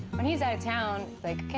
when he's out of town, like,